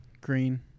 green